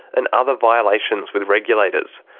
and other violations with regulators.